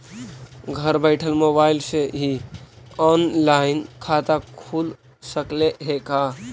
घर बैठल मोबाईल से ही औनलाइन खाता खुल सकले हे का?